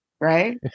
right